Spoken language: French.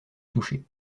toucher